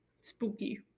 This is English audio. spooky